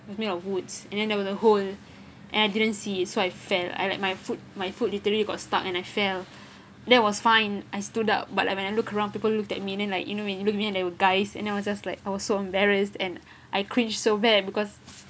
made of woods and then there was a hole and I didn't see so I fell I like my foot my foot literally got stuck and I fell that was fine I stood up but when I look around people looked at me and then like you know when you look me they were guys and then I was just like I was so embarrassed and I cringe so bad because